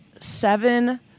seven